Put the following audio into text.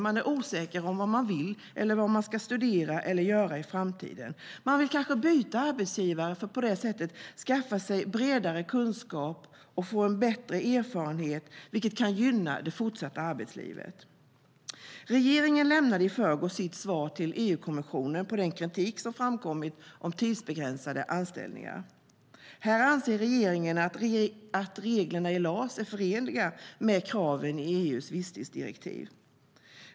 De är osäkra på vad de vill, vad de ska studera eller vad de ska göra i framtiden. De vill kanske byta arbetsgivare för att på det sättet skaffa sig bredare kunskaper och få en bättre erfarenhet, vilket kan gynna det fortsatta arbetslivet. Regeringen lämnade i förrgår sitt svar till EU-kommissionen på den kritik som framkommit om tidsbegränsade anställningar. Regeringen anser att reglerna i LAS är förenliga med kraven i EU:s visstidsdirektiv.